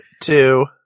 Two